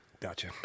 Gotcha